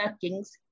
kings